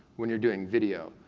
when you're doing video.